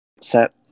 set